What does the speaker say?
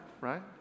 right